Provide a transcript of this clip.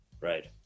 Right